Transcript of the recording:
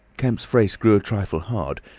kemp's face grew a trifle hard.